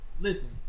listen